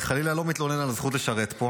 ואני חלילה לא מתלונן על הזכות לשרת פה,